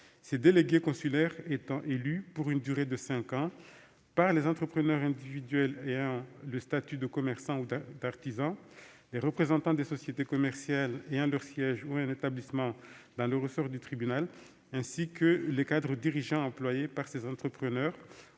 des délégués consulaires, élus eux-mêmes pour une durée de cinq ans par les entrepreneurs individuels ayant le statut de commerçant ou d'artisan, les représentants des sociétés commerciales ayant leur siège ou un établissement dans le ressort du tribunal, ainsi que les cadres dirigeants employés par ces entrepreneurs